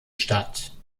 stadt